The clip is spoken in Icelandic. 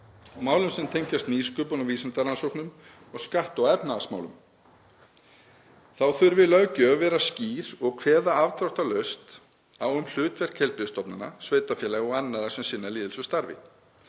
málum sem tengjast nýsköpun og vísindarannsóknum og skatta- og efnahagsmálum. Þá þurfi löggjöf vera skýr og kveða afdráttarlaust á um hlutverk heilbrigðisstofnana, sveitarfélaga og annarra sem sinna lýðheilsustarfi.